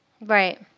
Right